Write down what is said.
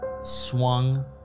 swung